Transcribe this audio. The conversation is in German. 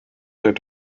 der